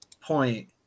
point